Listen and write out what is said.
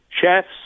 Chefs